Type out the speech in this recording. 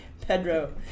Pedro